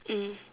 mm